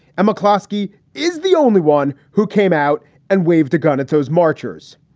and mccloskey is the only one who came out and waved a gun at those marchers.